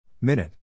Minute